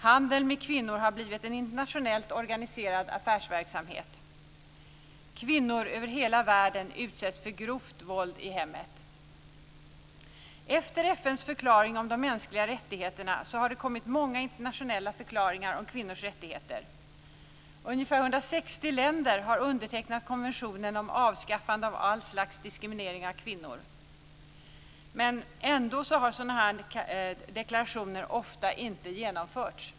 Handel med kvinnor har blivit en internationellt organiserad affärsverksamhet. Kvinnor över hela världen utsätts för grovt våld i hemmet. Efter FN:s förklaring om de mänskliga rättigheterna har det kommit många internationella förklaringar om kvinnors rättigheter. Ungefär 160 länder har undertecknat konventionen om avskaffande av all slags diskriminering av kvinnor. Men ändå har sådana deklarationer ofta inte genomförts.